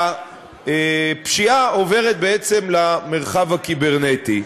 והפשיעה עוברת בעצם למרחב הקיברנטי.